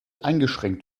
eingeschränkt